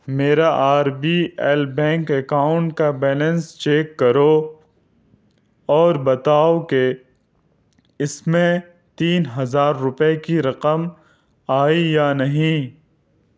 میرا R B L bank account کا balance check کرو اور بتاؤ کہ اس میں تین ہزار روپئے کی رقم آئی یا نہیں